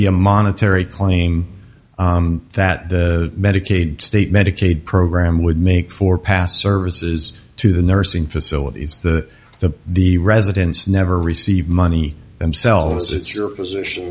be a monetary claim that the medicaid state medicaid program would make for past services to the nursing facilities the the the residents never receive money themselves it's your position